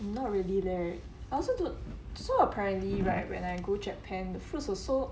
not really leh I also don't so apparently right when I go japan the fruits were so